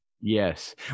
Yes